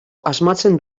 asmatzen